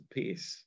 peace